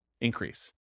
increase